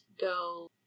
go